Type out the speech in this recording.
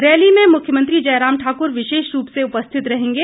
rally में मुख्यमंत्री जयराम ठाकुर विशेष रूप से उपस्थित रहेंगे